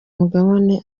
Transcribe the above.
mugabane